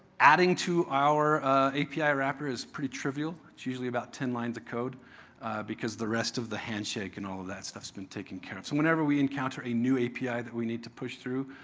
adding to our api wrapper is pretty trivial. it's usually about ten lines of code because the rest of the handshake and all of that stuff's been taken care of. whenever we encounter a new api that we need to push through,